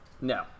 No